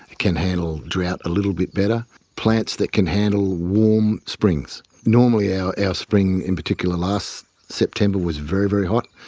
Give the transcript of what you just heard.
can handle drought a little bit better, plants that can handle warm springs. normally our ah spring, in particular last september was very, very hot,